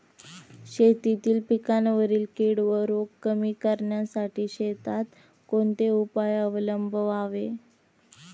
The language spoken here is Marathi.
शेतातील पिकांवरील कीड व रोग कमी करण्यासाठी शेतात कोणते उपाय अवलंबावे?